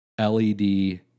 LED